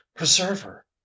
Preserver